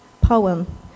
poem